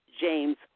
james